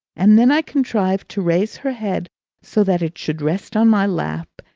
and then i contrived to raise her head so that it should rest on my lap,